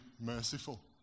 merciful